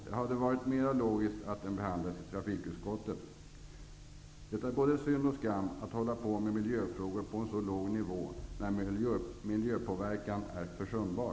Det hade varit mer logiskt att frågan behandlats i trafikutskottet. Det är både synd och skam att hålla på med miljöfrågor på en nivå där miljöpåverkan är försumbar.